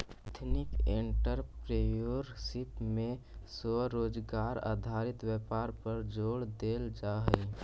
ethnic entrepreneurship में स्वरोजगार आधारित व्यापार पर जोड़ देल जा हई